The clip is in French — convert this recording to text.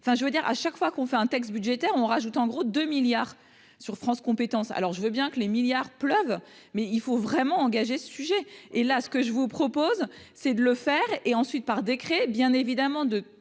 enfin je veux dire à chaque fois qu'on fait un texte budgétaire on rajoute en gros 2 milliards sur France compétences alors je veux bien que les milliards pleuvent, mais il faut vraiment engager ce sujet et là ce que je vous propose, c'est de le faire et ensuite par décret, bien évidemment, de